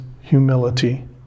humility